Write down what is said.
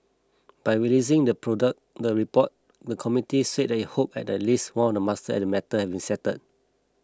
by releasing the product the report the committee said they hoped at least one of must and matter had been settled